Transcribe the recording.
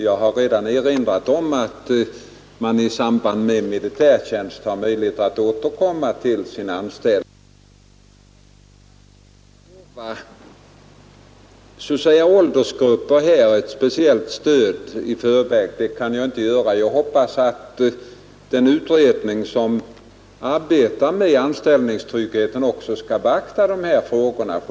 Jag har dock redan erinrat om att de ungdomar som fullgör militärtjänst har möjlighet att sedan återvända till sin anställning. Däremot kan jag inte lova vissa åldersgrupper ett speciellt stöd, men jag hoppas att den utredning som arbetar med anställningstryggheten också skall beakta dessa frågor.